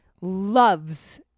loves